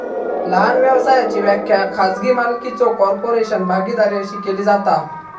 लहान व्यवसायाची व्याख्या खाजगी मालकीचो कॉर्पोरेशन, भागीदारी अशी केली जाता